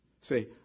Say